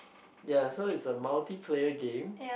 ya so is a multiplayer game